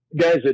guys